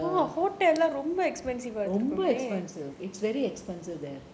ரொம்ப:romba it's very expensive there